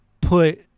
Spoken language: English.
put